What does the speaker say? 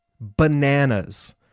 bananas